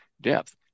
depth